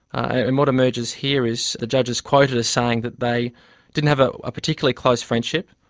and what emerges here is, the judge is quoted as saying that they didn't have a ah particularly close friendship,